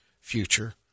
future